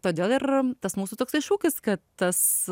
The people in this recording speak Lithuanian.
todėl ir tas mūsų toksai šūkis kad tas